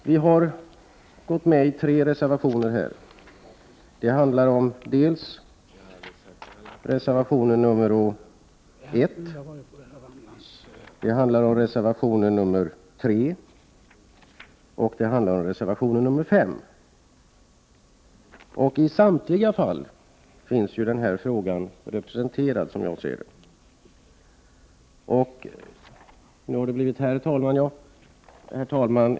Vi har anslutit oss till tre reservationer till detta betänkande, nämligen reservationerna 1, 3 och 5. I samtliga dessa reservationer behandlas den frågan jag här berört. Herr talman!